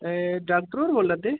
एह् डाक्टर होर बोल्लै दे